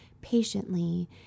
patiently